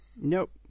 Nope